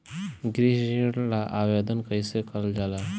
गृह ऋण ला आवेदन कईसे करल जाला?